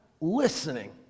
listening